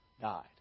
died